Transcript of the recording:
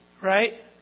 Right